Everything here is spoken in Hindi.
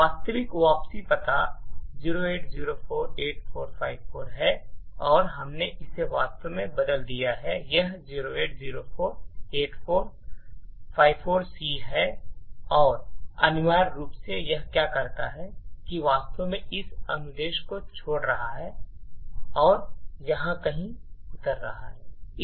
वास्तविक वापसी पता 08048454 है और हमने इसे वास्तव में बदल दिया है यह 08048454C है और अनिवार्य रूप से यह क्या कर रहा है कि यह वास्तव में इस अनुदेश को छोड़ रहा है और यहां कहीं उतर रहा है